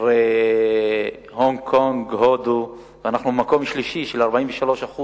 אחרי הונג-קונג והודו, עלייה של 43%,